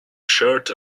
shirt